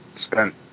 spent